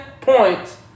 points